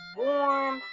warm